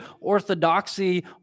orthodoxy